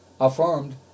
affirmed